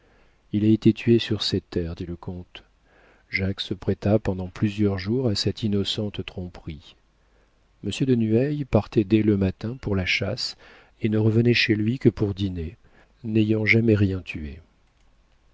il a été tué sur ses terres dit le comte jacques se prêta pendant plusieurs jours à cette innocente tromperie monsieur de nueil partait dès le matin pour la chasse et ne revenait chez lui que pour dîner n'ayant jamais rien tué